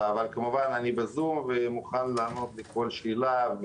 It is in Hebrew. אני כרגע בזום ומוכן לענות על כל שאלה,